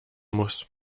muss